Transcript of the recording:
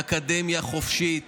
אקדמיה חופשית